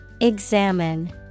Examine